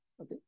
Okay